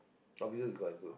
officers quite good